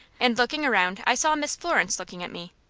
and looking around, i saw miss florence looking at me.